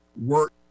work